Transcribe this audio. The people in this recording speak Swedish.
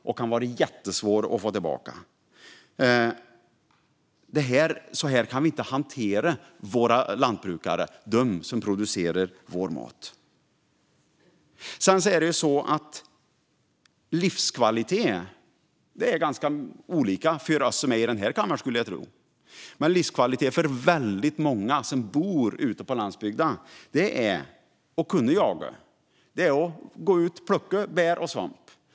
De kan vara jättesvåra att få tillbaka. Så här kan vi inte hantera våra lantbrukare, som producerar vår mat. Vad som är livskvalitet är ganska olika för oss i den här kammaren, skulle jag tro. Livskvalitet för väldigt många som bor ute på landsbygden är att kunna jaga. Det är att gå ut och plocka bär och svamp.